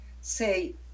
say